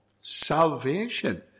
salvation